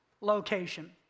location